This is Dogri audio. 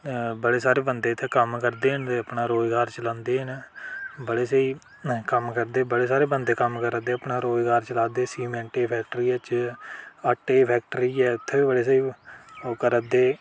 बड़े सारे बंदे इत्थें कम्म करदे न ते अपना रोजगार चलांदे न ते बड़े स्हेई कम्म करदे बड़े सारे बंदे कम्म करा दे अपना रोजगार चला दे सीमेंटै दी फैक्टरियै च आटे दी फैक्टरी ऐ इत्थें बड़े स्हेई ओह् करा दे